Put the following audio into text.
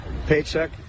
Paycheck